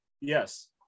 Yes